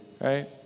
right